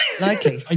likely